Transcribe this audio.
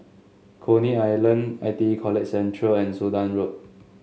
Coney Island I T E College Central and Sudan Road